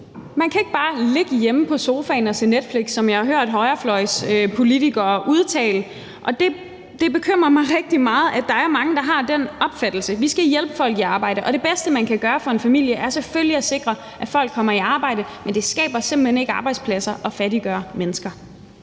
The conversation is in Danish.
Man kan ikke bare ligge hjemme på sofaen og se Netflix, som jeg har hørt højrefløjspolitikere udtale, og det bekymrer mig rigtig meget, at der er mange, der har den opfattelse. Vi skal hjælpe folk i arbejde, og det bedste, man kan gøre for en familie, er selvfølgelig at sikre, at folk kommer i arbejde, men det skaber simpelt hen ikke arbejdspladser at fattiggøre mennesker.